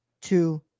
two